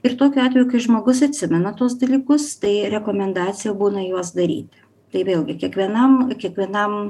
ir tokiu atveju kai žmogus atsimena tuos dalykus tai rekomendacija būna juos daryti tai vėlgi kiekvienam kiekvienam